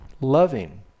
loving